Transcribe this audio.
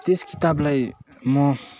त्यस किताबलाई म